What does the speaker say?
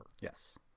Yes